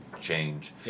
change